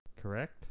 Correct